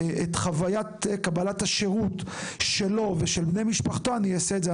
חווית קבלת השירות שלו ושל בני משפחתו אני אעשה את זה,